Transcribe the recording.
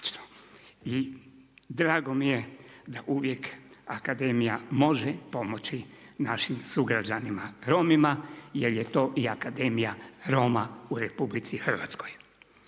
I drago mi je da uvijek Akademija može pomoći našim sugrađanima Romima, jer je to i Akademija Roma u RH. Što